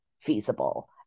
feasible